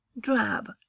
drab